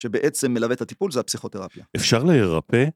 שבעצם מלווה את הטיפול זו הפסיכותרפיה. אפשר להירפא?